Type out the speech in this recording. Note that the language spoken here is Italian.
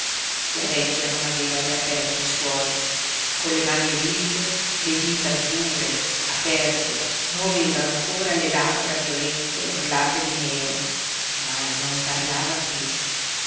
la vecchia non aveva riaperto i suoi con le mani rigide le dita dure aperte muoveva ancora le labbra violette orlate di nero ma non parlava piú